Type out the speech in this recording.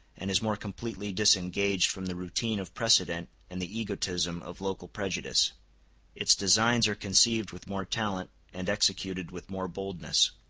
and is more completely disengaged from the routine of precedent and the egotism of local prejudice its designs are conceived with more talent, and executed with more boldness.